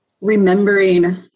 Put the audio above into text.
remembering